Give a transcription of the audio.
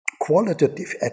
qualitative